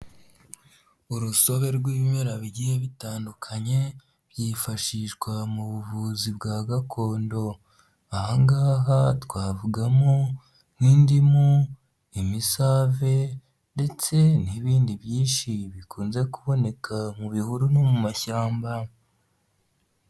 Urusobe rw'ibimera bigiye bitandukanye byifashishwa mu buvuzi bwa gakondo, aha ngaha twavugamo nk'indimu, imisave ndetse n'ibindi byinshi bikunze kuboneka mu bihuru no mu mashyamba.